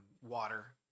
water